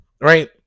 Right